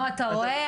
אתה רואה,